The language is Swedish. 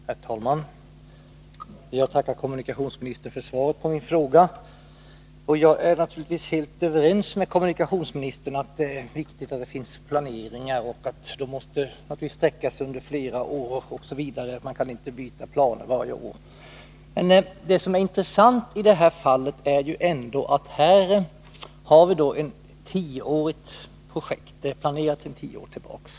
Herr talman! Jag tackar kommunikationsministern för svaret på min fråga. Naturligtvis är jag helt överens med kommunikationsministern om att det är viktigt att det finns planeringar och att dessa måste sträcka sig över flera år osv. Man kan ju inte byta planer varje år. Men det som är intressant i detta fall är ändå att vi ändå har ett projekt som är planerat sedan tio år tillbaka.